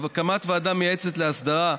הקמת ועדה מייעצת להסדרה,